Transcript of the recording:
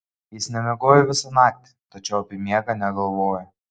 jis nemiegojo visą naktį tačiau apie miegą negalvojo